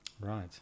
Right